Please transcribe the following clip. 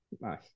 Nice